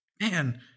man